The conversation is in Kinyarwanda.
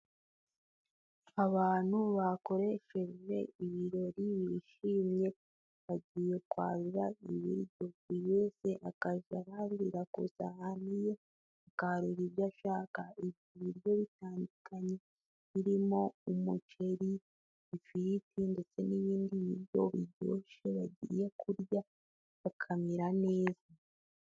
Abantu bakoresheje ibirori bishimye, bagiye kwarura ibiryo; buri wese akajya yarurira ku isahani ye, akarura ibyo ashaka, ibiryo bitandukanye birimo umuceri, ifiriti, ndetse n'ibindi biryo biryoshye bagiye kurya bakamera neza.